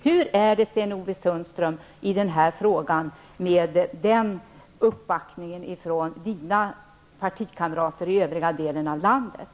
Hur är det med den uppbackningen i den här frågan från Sten-Ove Sundströms partikamrater i övriga delen av landet?